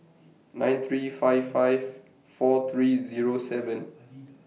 nine three five five four three Zero seven